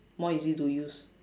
more easy to use